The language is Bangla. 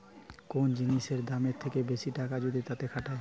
কোন জিনিসের দামের থেকে বেশি টাকা যদি তাতে খাটায়